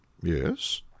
yes